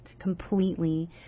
completely